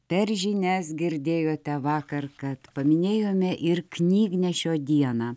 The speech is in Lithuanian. per žinias girdėjote vakar kad paminėjome ir knygnešio dieną